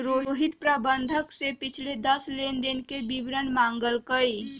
रोहित प्रबंधक से पिछले दस लेनदेन के विवरण मांगल कई